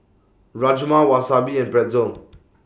Rajma Wasabi and Pretzel